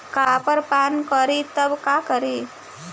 Copper पान करी तब का करी?